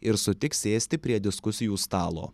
ir sutiks sėsti prie diskusijų stalo